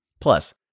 Plus